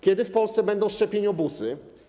Kiedy w Polsce będą szczepieniobusy?